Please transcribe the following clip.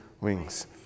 wings